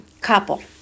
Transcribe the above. couple